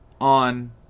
On